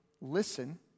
Listen